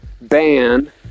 ban